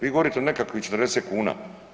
Vi govorite o nekakvih 40 kuna.